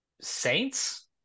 saints